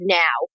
now